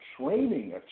training